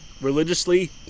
religiously